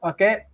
Okay